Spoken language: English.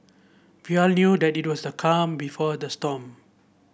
we all knew that it was the calm before the storm